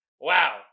Wow